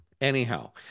anyhow